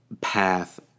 path